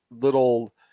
little